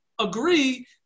agree